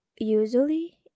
Usually